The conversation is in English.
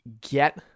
Get